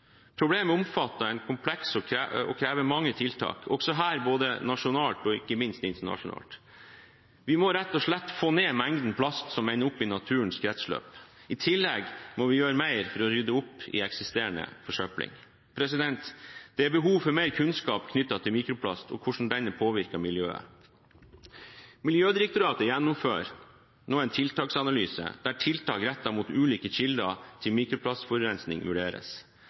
Problemet er omfattende og komplekst og krever mange tiltak, også her både nasjonalt og – ikke minst – internasjonalt. Vi må rett og slett få ned mengden plast som ender opp i naturens kretsløp. I tillegg må vi gjøre mer for å rydde opp i eksisterende forsøpling. Det er behov for mer kunnskap knyttet til mikroplast og hvordan denne påvirker miljøet. Miljødirektoratet gjennomfører nå en tiltaksanalyse der tiltak rettet mot ulike kilder til mikroplastforurensning vurderes.